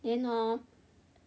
then hor